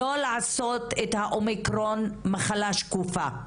לא לעשות את האומיקרון מחלה שקופה,